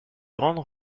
grande